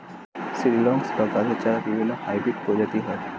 seedlings বা গাছের চারার বিভিন্ন হাইব্রিড প্রজাতি হয়